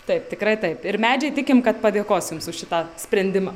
taip tikrai taip ir medžiai tikim kad padėkos jus už šitą sprendimą